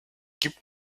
gibt